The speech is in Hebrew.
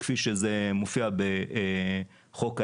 כפי שזה מופיע בחוק העזר,